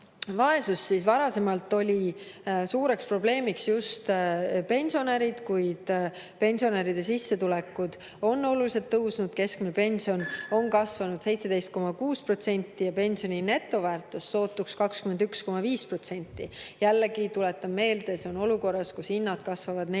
vaesust, siis varasemalt olid suureks probleemiks just pensionärid, kuid pensionäride sissetulekud on oluliselt tõusnud: keskmine pension on kasvanud 17,6% ja pensioni netoväärtus sootuks 21,5%. Jällegi, tuletan meelde, seda olukorras, kus hinnad kasvavad 4%.